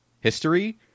history